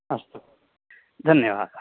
अस्तु धन्यवादः